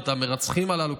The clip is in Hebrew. את המרצחים הללו,